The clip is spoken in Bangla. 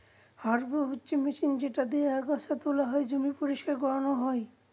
হাররো হচ্ছে মেশিন যেটা দিয়েক আগাছা তোলা হয়, জমি পরিষ্কার করানো হয়